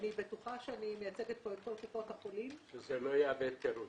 אני בטוחה שאני מייצגת פה את כל קופות החולים --- שזה לא יהווה תירוץ.